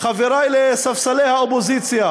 חברי לספסלי האופוזיציה